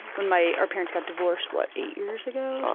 when my our parents got divorced, what eight years ago? ah,